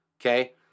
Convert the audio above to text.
okay